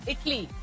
Italy